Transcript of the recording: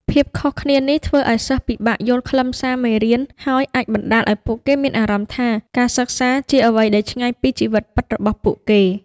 ភាពខុសគ្នានេះធ្វើឱ្យសិស្សពិបាកយល់ខ្លឹមសារមេរៀន ហើយអាចបណ្ដាលឱ្យពួកគេមានអារម្មណ៍ថាការសិក្សាជាអ្វីដែលឆ្ងាយពីជីវិតពិតរបស់ពួកគេ។